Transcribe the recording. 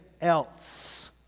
else